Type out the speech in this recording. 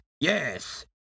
Yes